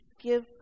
give